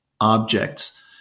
objects